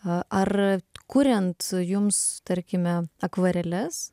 a ar kuriant jums tarkime akvareles